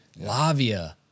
Lavia